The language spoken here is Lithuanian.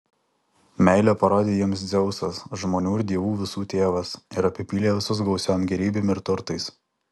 meilę parodė jiems dzeusas žmonių ir dievų visų tėvas ir apipylė visus gausiom gėrybėm ir turtais